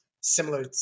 similar